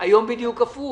היום בדיוק הפוך.